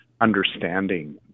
understanding